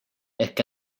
ehk